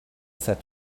said